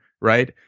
Right